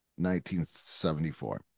1974